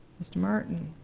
mr. martin?